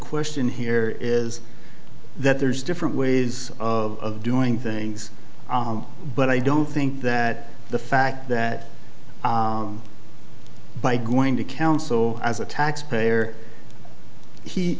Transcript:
question here is that there's different ways of doing things but i don't think that the fact that by going to count so as a taxpayer he